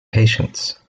patients